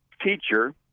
teacher